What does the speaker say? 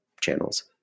channels